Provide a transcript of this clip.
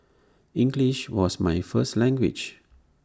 English was my first language